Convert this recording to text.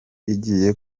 igiye